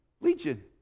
Legion